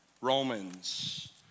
Romans